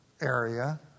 area